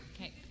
okay